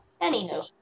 anywho